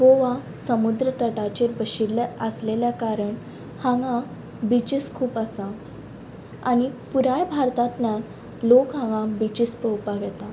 गोवा समुद्र तटाचेर बशिल्लें आसलेल्या कारण हांगां बिचीस खूब आसा आनी पुराय भारतांतल्यान लोक हांगां बिचीस पोवपाक येता